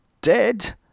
dead